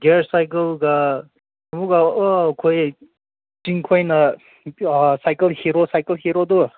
gear ꯁꯥꯏꯀꯜꯒ ꯑꯃꯨꯛꯀ ꯑꯩꯈꯣꯏ ꯆꯤꯡꯈꯣꯏꯅ ꯁꯥꯏꯀꯜ ꯍꯤꯔꯣ ꯁꯥꯏꯀꯜ ꯍꯤꯔꯣꯗꯣ